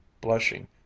blushing